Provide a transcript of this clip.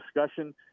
discussion